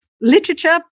literature